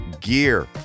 gear